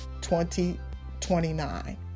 2029